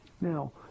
Now